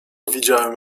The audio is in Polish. widziałem